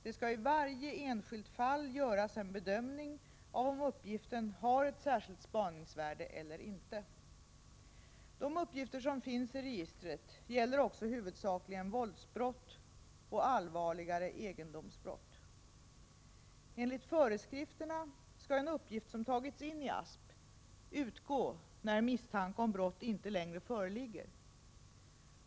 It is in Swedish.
Det skall i varje enskilt fall göras en bedömning av om uppgiften har ett särskilt spaningsvärde eller inte. De uppgifter som finns i registret gäller också huvudsakligen våldsbrott och allvarligare egendomsbrott. Enligt föreskrifterna skall en uppgift som tagits ini ASP utgå när misstanke om brott inte längre föreligger.